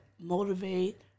motivate